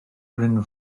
bryn